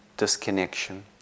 disconnection